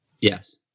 Yes